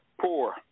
poor